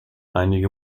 einige